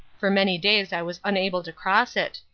for many days i was unable to cross it.